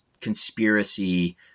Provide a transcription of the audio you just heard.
conspiracy